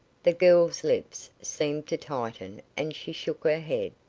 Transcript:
the girl's lips seemed to tighten and she shook her head.